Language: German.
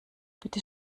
bitte